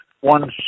One